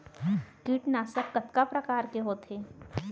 कीटनाशक कतका प्रकार के होथे?